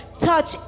touch